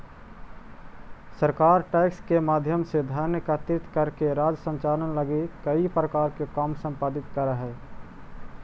सरकार टैक्स के माध्यम से धन एकत्रित करके राज्य संचालन लगी कई प्रकार के काम संपादित करऽ हई